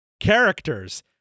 characters